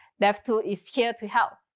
devtool is here to help.